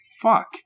fuck